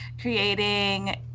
creating